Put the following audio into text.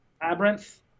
Labyrinth